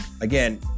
Again